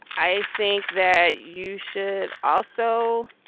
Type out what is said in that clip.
i think that you should also